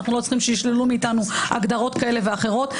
אנחנו לא צריכים שישללו מאיתנו הגדרות כאלה ואחרות,